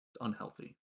unhealthy